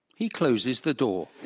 he closes the door